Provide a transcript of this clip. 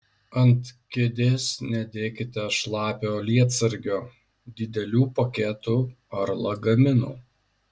ant kėdės nedėkite šlapio lietsargio didelių paketų ar lagaminų